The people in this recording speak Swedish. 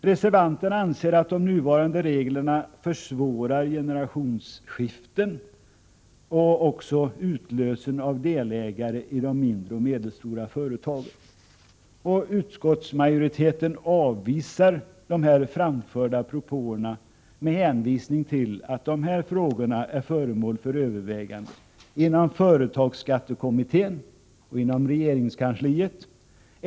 Reservanterna anser att de nuvarande reglerna försvårar generationsskiften och även utlösen av delägare i de mindre och medelstora företagen. Utskottsmajoriteten avvisar de framförda propåerna med hänvisning till att frågorna är föremål för överväganden inom företagsskattekommittén och inom regeringskansliet.